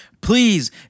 Please